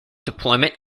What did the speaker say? deployment